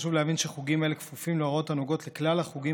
חשוב להבין שחוגים אלה כפופים להוראות הנוגעות לכלל החוגים